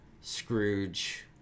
Scrooge